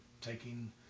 taking